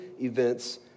events